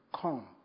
come